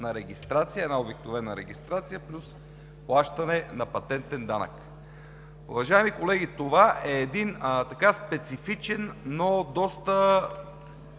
на регистрация – една обикновена регистрация, плюс плащане на патентен данък. Уважаеми колеги, това е един специфичен, но доста